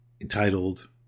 entitled